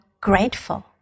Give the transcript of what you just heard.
grateful